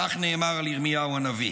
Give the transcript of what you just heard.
כך נאמר על ירמיהו הנביא.